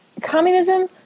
communism